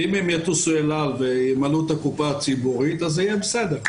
ואם הם יטוסו אל על וימלאו את הקופה הציבורית זה יהיה בסדר,